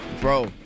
Bro